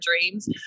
dreams